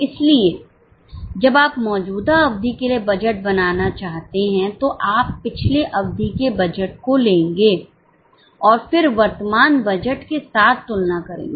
इसलिए जब आप मौजूदा अवधि के लिए बजट बनाना चाहते हैं तो आप पिछले अवधि के बजट को लेंगे और फिर वर्तमान बजट के साथ तुलना करेंगे